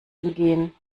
entgehen